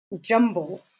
jumble